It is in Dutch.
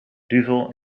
duvel